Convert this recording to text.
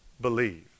believe